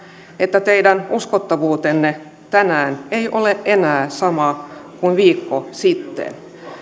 että teidän uskottavuutenne tänään ei ole enää sama kuin viikko sitten